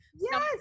yes